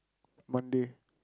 Monday